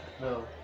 No